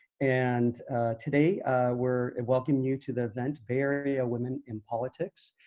and today we're welcoming you to the event bay area women in politics.